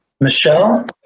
Michelle